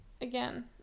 Again